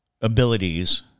abilities